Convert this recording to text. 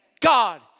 God